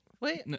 wait